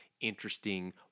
interesting